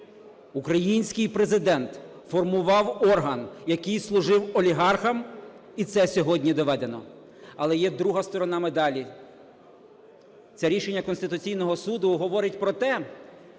Український Президент формував орган, який служив олігархам, і це сьогодні доведено. Але є друга сторона медалі. Це рішення Конституційного Суду говорить про те,